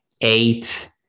Eight